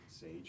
Sage